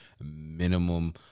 minimum